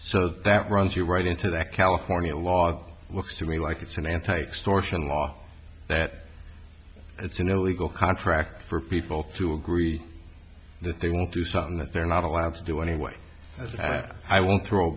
so that runs you right into that california law looks to me like it's an anti tax torsion law that it's an illegal contract for people to agree that they will do something that they're not allowed to do anyway i will throw